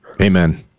Amen